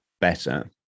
better